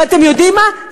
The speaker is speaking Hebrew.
ואתם יודעים מה,